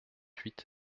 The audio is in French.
huit